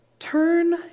Turn